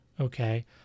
Okay